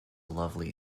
lovely